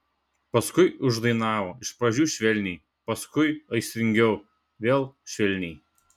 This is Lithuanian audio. paskui uždainavo iš pradžių švelniai paskui aistringiau vėl švelniai